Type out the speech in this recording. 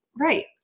Right